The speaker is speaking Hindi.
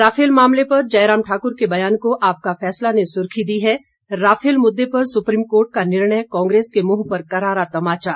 राफेल मामले पर जयराम ठाक्र के बयान को आपका फैसला ने सुर्खी दी है राफेल मुद्दे पर सुप्रीम कोर्ट का निर्णय कांग्रेस के मुंह पर करारा तमाचा